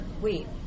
Wait